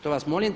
To vas molim.